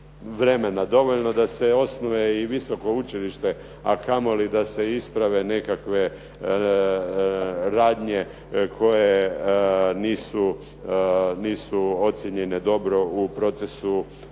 Dovoljno da se osnuje i visoko učilište, a kamoli da se isprave neke radnje koje nisu ocjenjene dobro u procesu evaluacije.